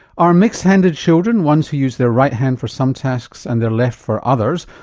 are mixed-handed children ones who use their right hand for some tasks and their left for others,